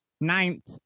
ninth